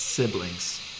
Siblings